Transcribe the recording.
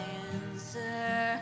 answer